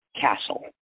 castle